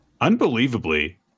Unbelievably